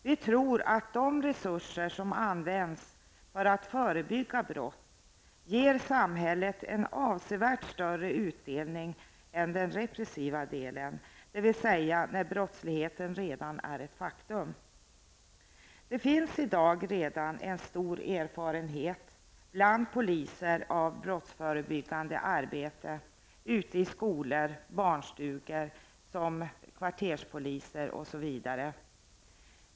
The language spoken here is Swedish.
Vi tror att de resurser som används för att förebygga brott ger samhället en avsevärt större utdelning än de som används repressivt, dvs. när brottsligheten redan är ett faktum. Redan i dag finns det en stor erfarenhet bland poliser av brottsförebyggande arbete; i skolor och barnstugor, som kvarterspoliser osv.